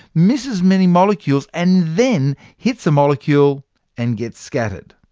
misses many molecules, and then hits a molecule and gets scattered.